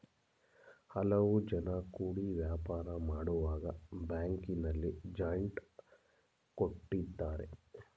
ಹಲವು ಜನ ಕೂಡಿ ವ್ಯಾಪಾರ ಮಾಡುವಾಗ ಬ್ಯಾಂಕಿನಲ್ಲಿ ಜಾಯಿಂಟ್ ಕೊಟ್ಟಿದ್ದಾರೆ